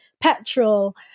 petrol